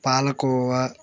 palkova